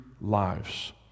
lives